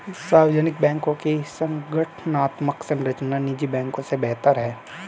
सार्वजनिक बैंकों की संगठनात्मक संरचना निजी बैंकों से बेहतर है